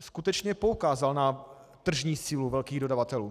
skutečně poukázal na tržní sílu velkých dodavatelů.